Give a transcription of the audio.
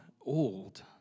old